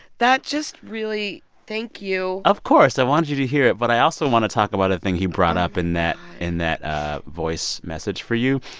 that just really thank you of course. want you to hear it. but i also want to talk about a thing he brought up in that in that voice message for you.